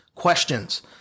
Questions